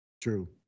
True